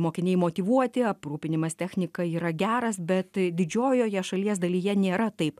mokiniai motyvuoti aprūpinimas technika yra geras bet didžiojoje šalies dalyje nėra taip